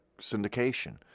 syndication